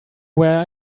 where